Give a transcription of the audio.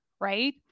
right